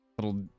little